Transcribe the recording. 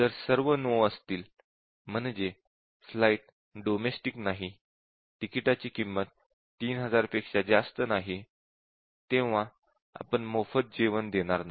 जर सर्व नो असतील म्हणजे फ्लाइट डोमेस्टिक नाही तिकिटाची किंमत 3000 पेक्षा जास्त नाही तेव्हा आपण मोफत जेवण देणार नाही